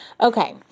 Okay